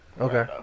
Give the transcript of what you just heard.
Okay